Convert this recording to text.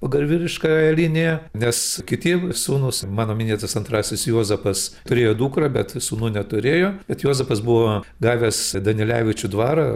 pagal vyriškąją liniją nes kiti sūnūs mano minėtas antrasis juozapas turėjo dukrą bet sūnų neturėjo bet juozapas buvo gavęs danilevičių dvarą